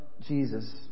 Jesus